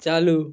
चालू